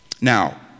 Now